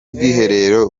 bwiherero